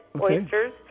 oysters